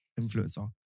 influencer